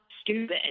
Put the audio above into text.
stupid